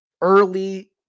early